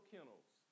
Kennels